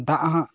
ᱫᱟᱜ ᱦᱟᱜ